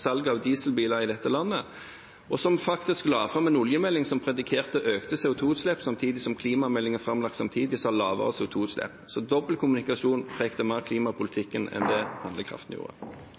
salget av dieselbiler i dette landet, og som faktisk la fram en oljemelding som predikerte økte CO2-utslipp, samtidig som klimameldingen som ble framlagt samtidig, sa lavere CO2-utslipp, så dobbeltkommunikasjon preget mer klimapolitikken enn